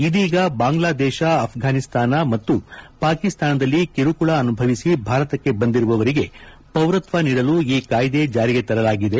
ಇದೀಗ ಬಾಂಗ್ವಾದೇಶ ಅಫ್ರಾನಿಸ್ತಾನ ಮತ್ತು ಪಾಕಿಸ್ತಾನದಲ್ಲಿ ಕಿರುಕುಳ ಅನುಭವಿಸಿ ಭಾರತಕ್ಷೆ ಬಂದಿರುವವರಿಗೆ ಪೌರತ್ವ ನೀಡಲು ಈ ಕಾಯ್ದೆಗೆ ಜಾರಿಗೆ ತರಲಾಗಿದೆ